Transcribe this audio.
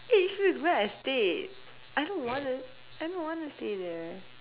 eh Yishun is where I stayed I don't wanna I don't wanna stay there